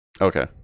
Okay